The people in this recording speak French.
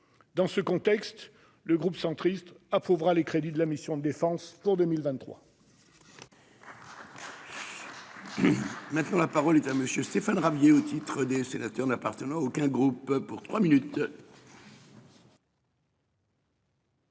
Dans ce contexte, le groupe UC approuvera les crédits de la mission « Défense » pour 2023.